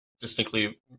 distinctly